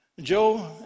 Joe